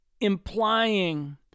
implying